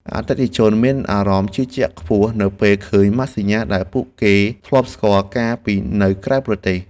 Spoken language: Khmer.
អតិថិជនមានអារម្មណ៍ជឿជាក់ខ្ពស់នៅពេលឃើញម៉ាកសញ្ញាដែលពួកគេធ្លាប់ស្គាល់កាលពីនៅក្រៅប្រទេស។